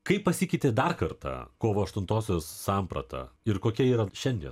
kai pasikeitė dar kartą kovo aštuntosios samprata ir kokia yra šiandien